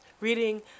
Reading